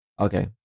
okay